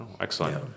Excellent